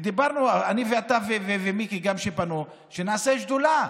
ודיברנו, אני ואתה, ומיקי גם, כשפנו, שנעשה שדולה,